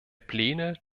pläne